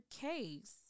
case